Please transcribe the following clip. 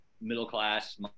middle-class